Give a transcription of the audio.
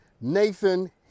Nathan